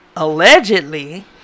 Allegedly